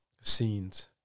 scenes